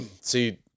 See